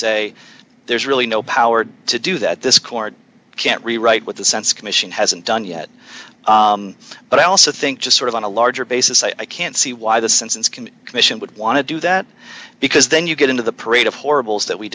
say there's really no power to do that this court can't rewrite what the sense commission hasn't done yet but i also think to sort of on a larger basis i can't see why the census can commission would want to do that because then you get into the parade of horribles that we